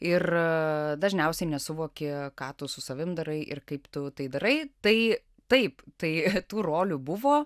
ir dažniausiai nesuvoki ką tu su savim darai ir kaip tu tai darai tai taip tai tų rolių buvo